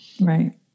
right